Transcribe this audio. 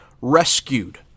rescued